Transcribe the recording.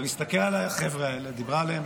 אני מסתכל על החבר'ה האלה, דיברה עליהם